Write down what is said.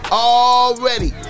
already